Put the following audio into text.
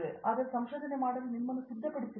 ಆದ್ದರಿಂದ ಸಂಶೋಧನೆ ಮಾಡಲು ನಿಮ್ಮನ್ನು ಸಿದ್ಧಪಡಿಸಿಕೊಳ್ಳಿ